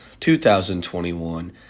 2021